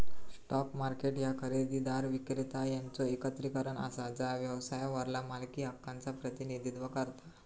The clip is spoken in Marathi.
स्टॉक मार्केट ह्या खरेदीदार, विक्रेता यांचो एकत्रीकरण असा जा व्यवसायावरल्या मालकी हक्कांचा प्रतिनिधित्व करता